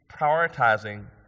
prioritizing